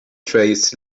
trays